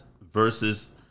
versus